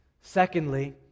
Secondly